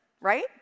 right